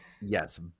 Yes